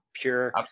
Pure